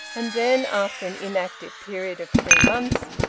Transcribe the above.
and then, after an inactive period of three months,